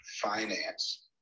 finance